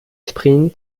sprint